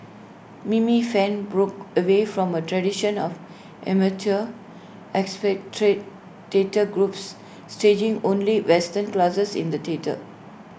Mimi fan broke away from A tradition of amateur expatriate data groups staging only western classics in the theatre